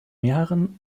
mehreren